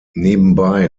nebenbei